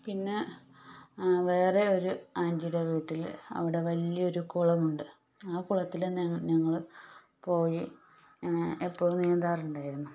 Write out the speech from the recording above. പിന്നെ വേറെയൊരു ആൻറ്റിയുടെ വീട്ടിൽ അവിടെ വലിയൊരു കുളമുണ്ട് ആ കുളത്തിൽ തന്നെ ഞങ്ങൾ പോയി എപ്പോഴും നീന്തറുണ്ടായിരുന്നു